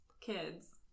kids